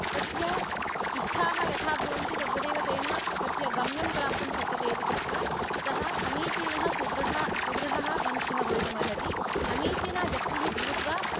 तस्य इच्छाः यथा भवन्ति तद्वत् एव तेन तस्य गम्यं प्राप्तुं शक्यते इति कृत्वा सः समीचीनः सुदृढा सुदृढः मनुष्यः भवितुम् अर्हति समीचीना व्यक्तिः भूत्वा